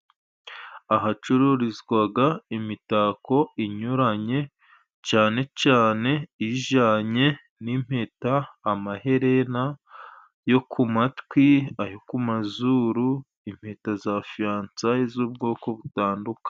Ahacururizwaga imitako inyuranye cane cane ijanye n'impeta, amaherena yo ku matwi, ayo ku mazuru, impeta za fiyansaye z'ubwoko butandukanye.